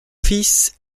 fils